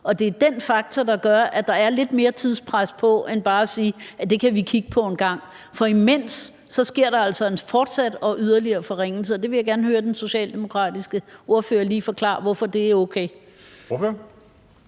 Og det er den faktor, der gør, at der er lidt mere tidspres på, så man ikke bare kan sige: Det kan vi kigge på engang. For imens sker der altså fortsat en yderligere forringelse, og der vil jeg gerne lige høre den socialdemokratiske ordfører forklare, hvorfor det er okay. Kl.